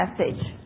message